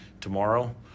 tomorrow